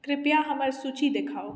कृपया हमर सूची देखाउ